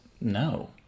No